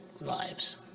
lives